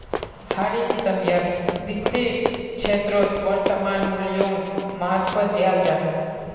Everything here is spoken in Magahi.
हर एक समयेत वित्तेर क्षेत्रोत वर्तमान मूल्योक महत्वा दियाल जाहा